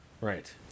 Right